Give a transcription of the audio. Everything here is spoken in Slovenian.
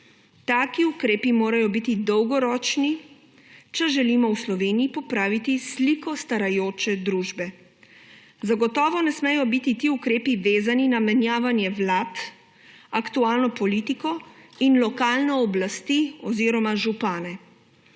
Taki ukrepi morajo biti dolgoročni, če želimo v Sloveniji popraviti sliko starajoče družbe. Zagotovo ne smejo biti ti ukrepi vezani na menjavanje vlad, aktualno politiko in lokalne oblasti oziroma župane.